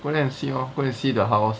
go there and see lor go there and see the house